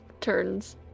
turns